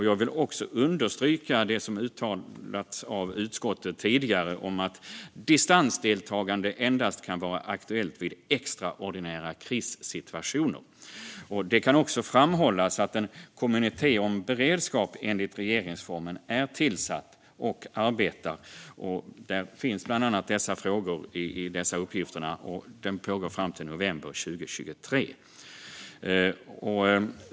Jag vill också understryka det som utskottet tidigare uttalat: att distansdeltagande endast kan vara aktuellt vid extraordinära krissituationer. Det kan också framhållas att en kommitté om beredskap enligt regeringsformen är tillsatt och arbetar. Där finns bland annat dessa frågor som uppgifter. Arbetet pågår fram till november 2023.